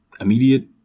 immediate